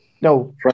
No